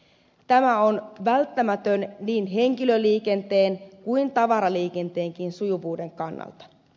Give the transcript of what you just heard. tämä on välttämätön niin henkilöliikenteen kuin tavaraliikenteenkin sujuvuuden kannalta